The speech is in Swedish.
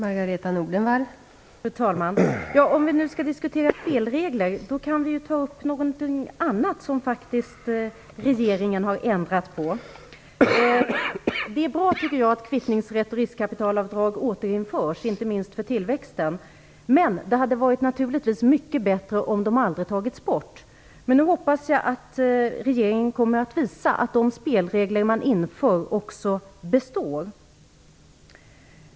Fru talman! Om vi nu skall diskutera spelregler kan vi ta upp någonting annat som regeringen har ändrat på. Jag tycker att det är bra att kvittningsrätt och riskkapitalavdrag återinförs, inte minst för tillväxten, men det hade naturligtvis varit mycket bättre om de aldrig tagits bort. Nu hoppas jag att regeringen kommer att visa att de spelregler man inför också består.